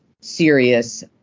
serious